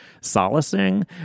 solacing